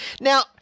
Now